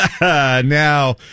Now